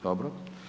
Dobro.